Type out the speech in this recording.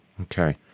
Okay